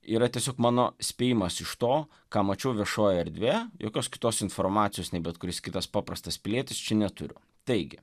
yra tiesiog mano spėjimas iš to ką mačiau viešojoj erdvėje jokios kitos informacijos nei bet kuris kitas paprastas pilietis čia neturiu taigi